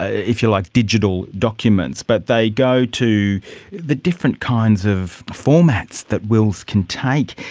ah if you like, digital documents, but they go to the different kinds of formats that wills can take.